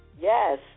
Yes